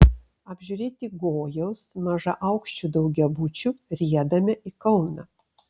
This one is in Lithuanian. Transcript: apžiūrėti gojaus mažaaukščių daugiabučių riedame į kauną